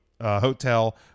hotel